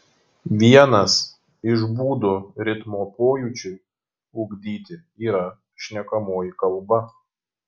vienas iš būdų ritmo pojūčiui ugdyti yra šnekamoji kalba